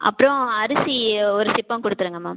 அப்புறோம் அரிசி ஒரு சிப்பம் கொடுத்துருங்க மேம்